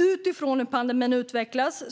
Utifrån hur pandemin utvecklas